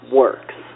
works